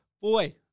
boy